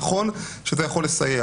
נכון שזה יכול לסייע,